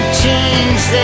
change